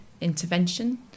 intervention